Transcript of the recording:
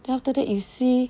then after that you see